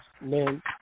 men